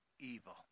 evil